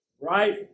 right